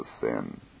sin